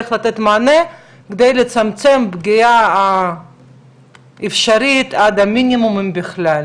איך לתת מענה כדי לצמצם פגיעה אפשרית עד המינימום אם בכלל.